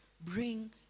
bring